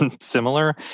similar